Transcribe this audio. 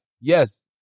Yes